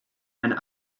and